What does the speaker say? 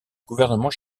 gouvernement